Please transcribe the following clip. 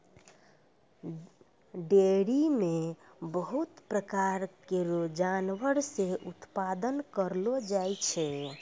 dairy म बहुत प्रकार केरो जानवर से उत्पादन करलो जाय छै